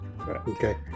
Okay